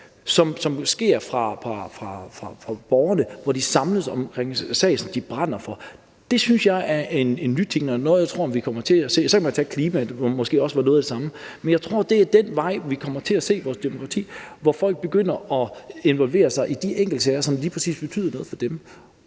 som udgår fra borgerne, hvor de samles omkring en sag, som de brænder for, synes jeg er en ny ting og noget, som jeg tror vi kommer til at se. Så kan man tage klimaet, hvor det måske også var noget af det samme. Jeg tror, at det er den vej, vi kommer til at se vores demokrati gå, altså hvor folk begynder at involvere sig i de enkeltsager, som lige præcis betyder noget for dem.